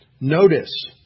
Notice